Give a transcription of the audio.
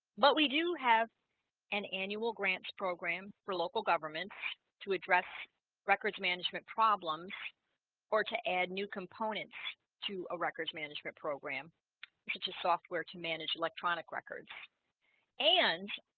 but we do have an annual grants program for local governments to address records management problems or to add new components to a records management program such as software to manage electronic records and